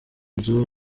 nzu